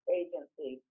agency